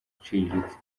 uciriritse